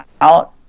out